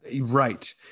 Right